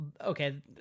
okay